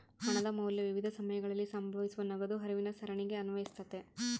ಹಣದ ಮೌಲ್ಯ ವಿವಿಧ ಸಮಯಗಳಲ್ಲಿ ಸಂಭವಿಸುವ ನಗದು ಹರಿವಿನ ಸರಣಿಗೆ ಅನ್ವಯಿಸ್ತತೆ